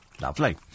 Lovely